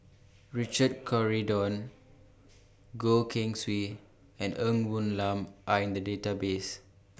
Richard Corridon Goh Keng Swee and Ng Woon Lam Are in The Database